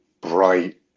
bright